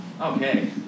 Okay